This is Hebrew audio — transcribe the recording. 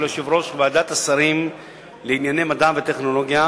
יושב-ראש ועדת השרים לענייני מדע וטכנולוגיה,